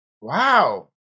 Wow